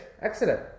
Excellent